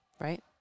Right